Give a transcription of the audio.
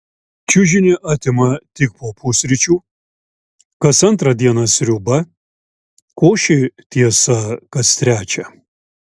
čiužinį atima tik po pusryčių kas antrą dieną sriuba košė tiesa kas trečią